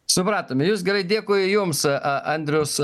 supratome jus gerai dėkui jums a a andrius